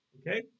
okay